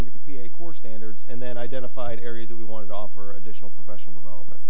look at the p a core standards and then identified areas that we wanted to offer additional professional development